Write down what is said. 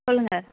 சொல்லுங்க